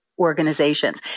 organizations